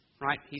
right